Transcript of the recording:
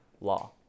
law